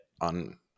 on